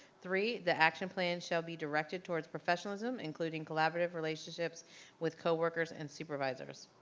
three, the action plan shall be directed towards professionalism, including collaborative relationships with coworkers and supervisors.